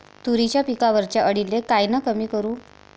तुरीच्या पिकावरच्या अळीले कायनं कमी करू?